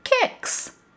kicks